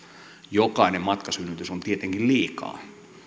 jokainen matkasynnytys on tietenkin liikaa